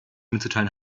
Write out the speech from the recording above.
mitzuteilen